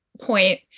point